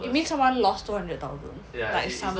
you mean lost two hundred thousand like suddenly